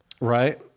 Right